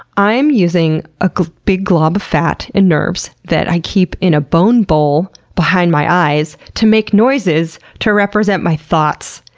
i'm using a big glob of fat and nerves that i keep in a bone bowl, behind my eyes, to make noises to represent my thoughts.